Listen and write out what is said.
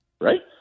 right